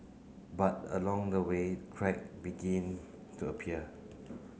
but along the way crack began to appear